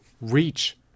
reach